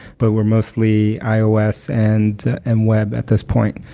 but we're mostly ios and m web at this point.